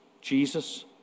Jesus